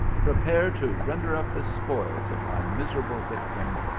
prepare to render up the spoils of thy miserable victim,